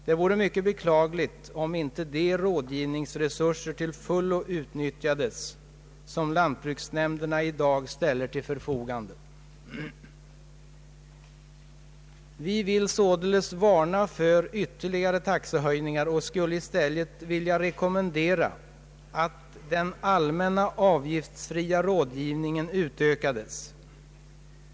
Det vore mycket beklagligt om inte de rådgivningsresurser till fullo utnyttjades som lantbruksnämnderna i dag ställer till förfogande. Vi vill således varna för ytterligare taxehöjningar och skulle i stället vilja rekommendera att den allmänna avgiftsfria rådgivningen utökades.